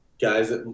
guys